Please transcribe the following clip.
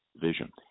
vision